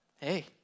hey